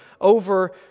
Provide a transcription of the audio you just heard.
over